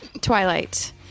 Twilight